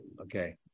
okay